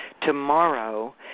tomorrow